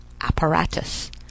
apparatus